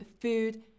food